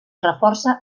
reforça